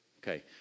Okay